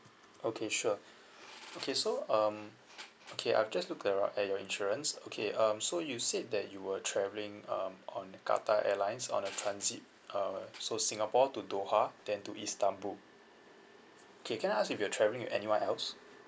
okay sure okay so um okay I've just looked at your at your insurance okay um so you said that you were travelling um on qatar airlines on a transit uh so singapore to doha then to istanbul okay can I ask you if you're travelling with anyone else